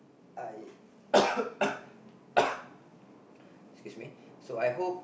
I excuse me so I hope